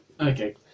Okay